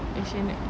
Yoshinoya